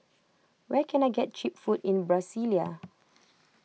where can I get Cheap Food in Brasilia